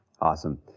Awesome